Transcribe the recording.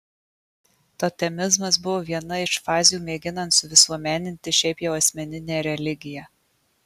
totemizmas buvo viena iš fazių mėginant suvisuomeninti šiaip jau asmeninę religiją